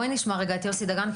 נשמע את יוסי דגן,